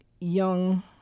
young